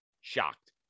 shocked